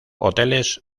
hoteles